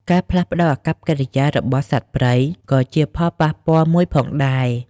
ការផ្លាស់ប្តូរអាកប្បកិរិយារបស់សត្វព្រៃ ក៏ជាផលប៉ះពាល់មួយផងដែរ។